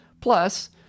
plus